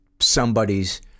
somebody's